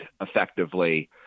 effectively